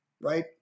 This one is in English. right